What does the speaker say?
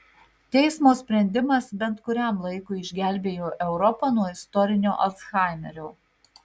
teismo sprendimas bent kuriam laikui išgelbėjo europą nuo istorinio alzhaimerio